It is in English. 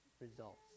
results